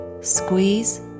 Squeeze